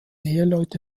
eheleute